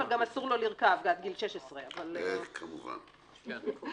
אבל גם אסור לו לרכב - עד גיל 16. כמובן.